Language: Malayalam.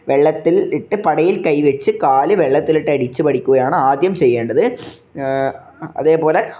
വെള്ളത്തിൽ ഇട്ട് പടയിൽ കൈവച്ച് കാല് വെള്ളത്തിലിട്ടടിച്ച് പഠിക്കുകയാണ് ആദ്യം ചെയ്യേണ്ടത് ആ അതേപോലെ